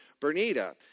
Bernita